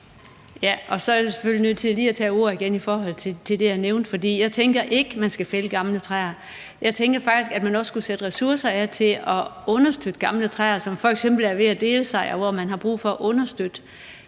nødt til lige at tage ordet igen i forhold til det, jeg nævnte, for jeg tænker ikke, at man skal fælde gamle træer. Jeg tænker faktisk også, at man skulle sætte ressourcer af til at understøtte gamle træer, som f.eks. er ved at dele sig, og hvor man har brug for at understøtte